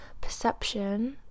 perception